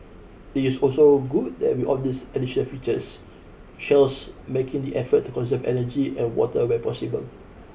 it's also good that with all these additional features Shell's making the effort to conserve energy and water where possible